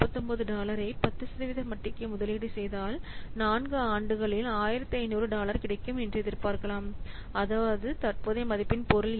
39 டாலரை 10 சதவீத வட்டிக்கு முதலீடு செய்தால் நான்கு ஆண்டுகளில் 1500 டாலர் கிடைக்கும் என்று எதிர்பார்க்கலாம் அதாவது தற்போதைய மதிப்பின் பொருள் என்ன